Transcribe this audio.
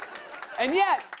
and yet,